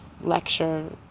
lecture